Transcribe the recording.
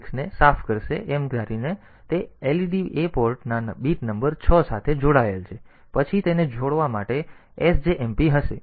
6 ને સાફ કરશે એમ ધારીને કે led એ પોર્ટના બીટ નંબર છ સાથે જોડાયેલ છે અને પછી તેને છોડવા માટે sjmp હશે